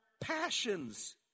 passions